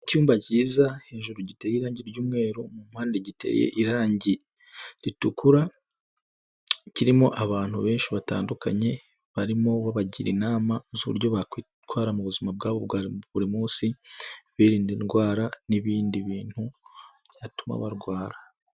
Icyumba cyiza, hejuru giteye irangi ry'umweru, mu mpande giteye irangi ritukura, kirimo abantu benshi batandukanye, barimo ubagira inama z'uburyo bakwitwara mu buzima bwabo bwa buri munsi, birinda indwara n'ibindi bintu, byatuma barwara.